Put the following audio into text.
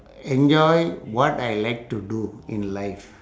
enjoy what I like to do in life